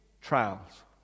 Trials